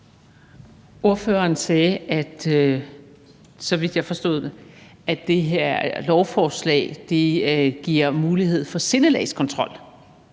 forstod det, at det her lovforslag giver mulighed for sindelagskontrol